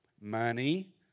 money